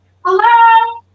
Hello